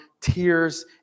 tears